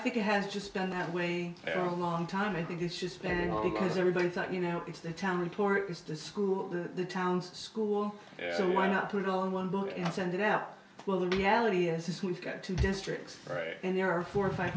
think it has just been that way for a long time i think it's just paying off because everybody thought you know it's the time report this to school the town's school so why not put it all in one book and send it out well the reality is we've got two districts right and there are four or five